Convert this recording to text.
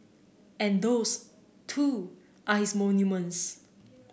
and those too are his monuments